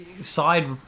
Side